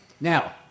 Now